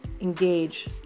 engage